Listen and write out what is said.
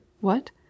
What